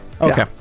Okay